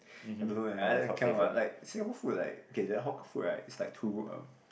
I don't leh I I cannot what like Singapore food like okay then hawker food right is like too uh